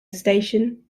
station